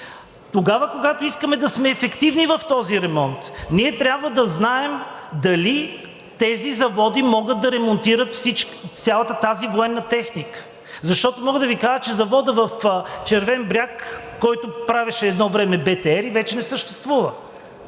Тогава, когато искаме да сме ефективни в този ремонт, трябва да знаем дали тези заводи могат да ремонтират цялата тази военна техника. Защото мога да Ви кажа, че заводът в Червен бряг, който правеше едно време БТР-и, вече не съществува,